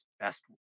best